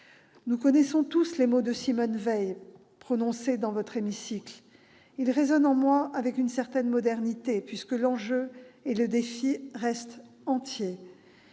Nous connaissons tous les mots que Simone Veil prononça dans votre hémicycle. Ils résonnent en moi dans toute leur modernité, car l'enjeu et le défi restent entiers.